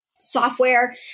software